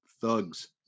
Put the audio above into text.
thugs